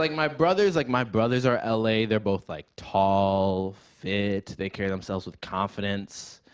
like my brothers like, my, brothers are l a. they're both, like, tall, fit. they carry themselves with confidence.